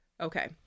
Okay